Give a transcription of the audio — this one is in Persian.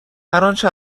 انچه